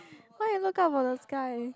why you look up for the sky